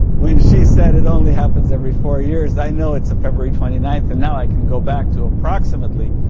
when she said it only happens every four years, i know it's a february twenty ninth and now i can go back to approximately,